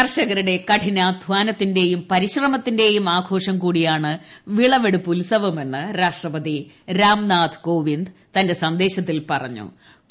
കർഷകരുടെ കഠിനാധാനത്തിന്റെയും പരിശ്രമത്തിന്റെയും ആഘോഷം കൂടിയാണ് വിളവെടുപ്പുത്സവമെന്ന് രാഷ്ട്രപതി രാംനാഥ് കോവിന്ദ് തന്റെ സന്ദേശത്തിൽ പറഞ്ഞൂ